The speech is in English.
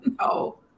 No